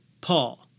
Paul